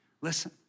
Listen